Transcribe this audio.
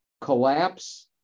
collapse